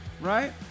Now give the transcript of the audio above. right